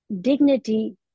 dignity